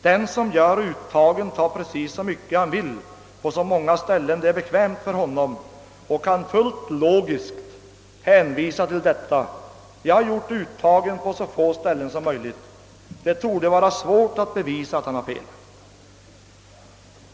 Den som gör uttagen tar precis så mycket han vill på så många ställen han finner det bekvämt och kan försvara sig med att han gjort uttagen på så få ställen som möjligt. Det torde vara svårt att bevisa att han har fel.